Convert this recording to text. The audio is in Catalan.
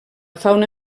fauna